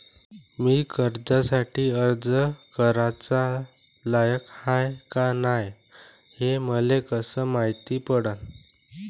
मी कर्जासाठी अर्ज कराचा लायक हाय का नाय हे मले कसं मायती पडन?